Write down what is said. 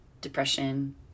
depression